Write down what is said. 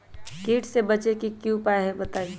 कीट से बचे के की उपाय हैं बताई?